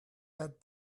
that